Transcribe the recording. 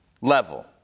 level